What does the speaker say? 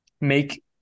make